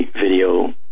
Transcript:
video